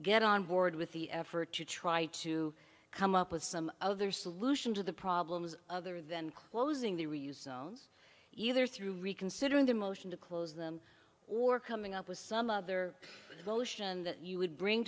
get on board with the effort to try to come up with some other solution to the problems other than closing the reuse zones either through reconsidering the motion to close them or coming up with some other motion that you would bring